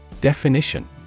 Definition